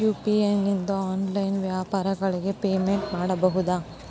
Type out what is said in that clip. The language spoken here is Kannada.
ಯು.ಪಿ.ಐ ನಿಂದ ಆನ್ಲೈನ್ ವ್ಯಾಪಾರಗಳಿಗೆ ಪೇಮೆಂಟ್ ಮಾಡಬಹುದಾ?